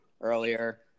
earlier